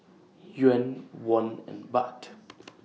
Yuan Won and Baht